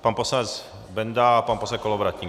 Pan poslanec Benda a pan poslanec Kolovratník.